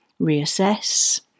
reassess